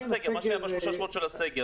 מה היה בשלושת השבועות של הסגר?